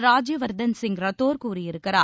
ராஜ்யவர்த்தன் சிங் ரத்தோர் கூறியிருக்கிறார்